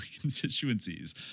constituencies